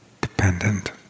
dependent